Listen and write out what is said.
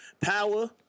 Power